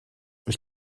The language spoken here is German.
ich